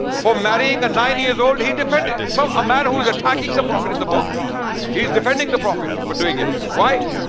for marrying a nine years old, he defended. so a man who is attacking the prophet in the book he is defending the prophet for doing it. why?